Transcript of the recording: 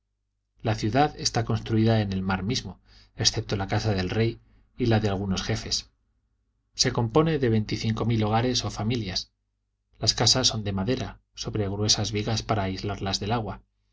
la ciudad está construida en el mar mismo excepto la casa del rey y las de algunos jefes se compone de veinticinco mil hogares o familias las casas son de madera sobre gruesas vigas para aislarlas del agua